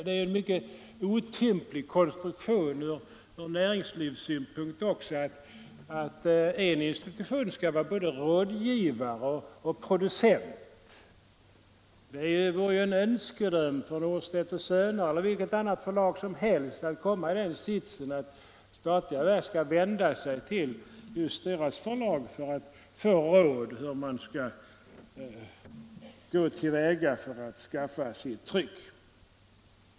Det är en mycket inkorrekt konstruktion ur näringslivssynpunkt att en institution skall vara både rådgivare och producent. Det vore ju en önskedröm för Norstedt & Söner eller för vilket annat förlag som helst om statliga verk skulle vända sig till just det förlaget för att få råd om hur de skall gå till väga för att skaffa sitt tryck.